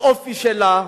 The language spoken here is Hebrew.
באופי שלה,